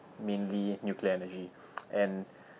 mainly nuclear energy and